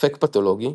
ספק פתולוגי,